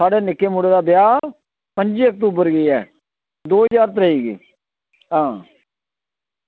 साढ़े निक्के मुड़े दा ब्याह् पं'जी अक्टूबर गी ऐ दो ज्हार त्रेई गी हां